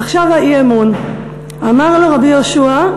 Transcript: עכשיו האי-אמון: "אמר לו רבי יהושע",